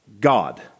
God